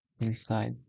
inside